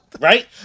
Right